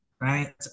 right